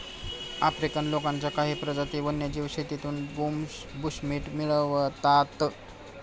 African लोकांच्या काही प्रजाती वन्यजीव शेतीतून बुशमीट मिळवतात